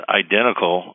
identical